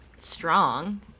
strong